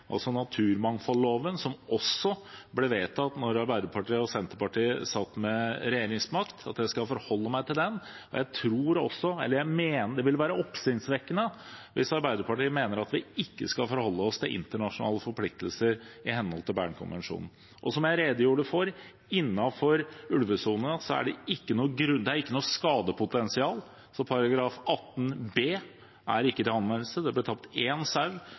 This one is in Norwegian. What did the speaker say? naturmangfoldloven, som også ble vedtatt da Arbeiderpartiet og Senterpartiet satt med regjeringsmakt. Det vil være oppsiktsvekkende om Arbeiderpartiet mener at vi ikke skal forholde oss til internasjonale forpliktelser i henhold til Bernkonvensjonen. Som jeg redegjorde for: Innenfor ulvesonen er det ikke noe skadepotensial, så § 18 b kommer ikke til anvendelse. Det ble tatt én sau